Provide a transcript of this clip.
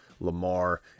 Lamar